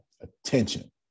attention